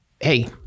Hey